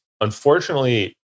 unfortunately